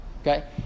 Okay